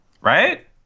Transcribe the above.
Right